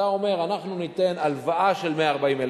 אתה אומר: אנחנו ניתן הלוואה של 140,000